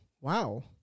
wow